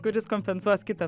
kuris kompensuos kitą